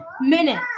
Minutes